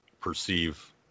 perceive